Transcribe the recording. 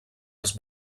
els